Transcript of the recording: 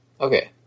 okay